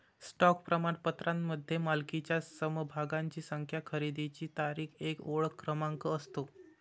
stock प्रमाणपत्रामध्ये मालकीच्या समभागांची संख्या, खरेदीची तारीख, एक ओळख क्रमांक असतो